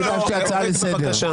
אני ביקשתי הצעה לסדר.